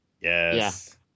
yes